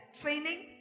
training